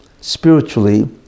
spiritually